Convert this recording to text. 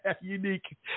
Unique